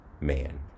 man